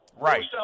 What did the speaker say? Right